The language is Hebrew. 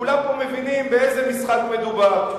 וכולם פה מבינים באיזה משחק מדובר.